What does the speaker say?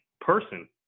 person